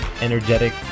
energetic